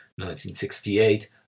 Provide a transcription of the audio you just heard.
1968